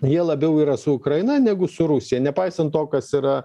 jie labiau yra su ukraina negu su rusija nepaisant to kas yra